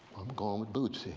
i'm going with but